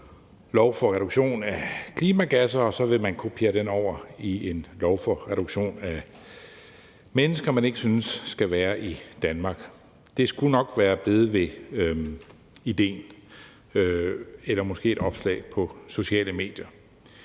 lov for reduktion af klimagasser – og så vil man kopiere den over i en lov for reduktion af mennesker, man ikke synes skal være i Danmark. Det skulle nok være blevet ved idéen – eller måske et opslag på sociale medier.